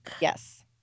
yes